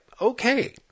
okay